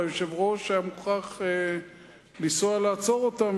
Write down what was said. והיושב-ראש היה מוכרח לנסוע לעצור אותם,